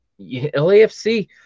LAFC